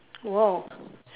!whoa!